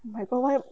my god why oh